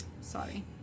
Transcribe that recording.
Sorry